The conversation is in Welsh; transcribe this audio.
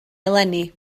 eleni